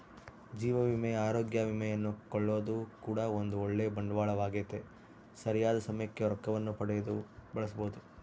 ಜೀವ ವಿಮೆ, ಅರೋಗ್ಯ ವಿಮೆಯನ್ನು ಕೊಳ್ಳೊದು ಕೂಡ ಒಂದು ಓಳ್ಳೆ ಬಂಡವಾಳವಾಗೆತೆ, ಸರಿಯಾದ ಸಮಯಕ್ಕೆ ರೊಕ್ಕವನ್ನು ಪಡೆದು ಬಳಸಬೊದು